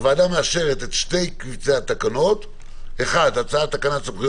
הוועדה מקצרת את תוקפו של תיקון מס'